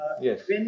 yes